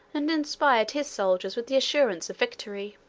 and inspired his soldiers with the assurance of victory.